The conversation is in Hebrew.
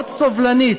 מאוד סובלנית.